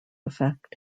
effect